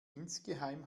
insgeheim